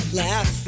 laugh